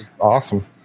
awesome